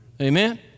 Amen